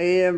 এই